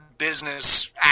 business